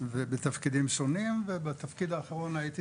בתפקידים שונים ובתפקיד האחרון שלי אני הייתי